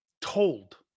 told